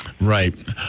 Right